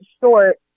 short